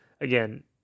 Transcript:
again